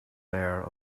bar